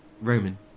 Roman